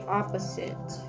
opposite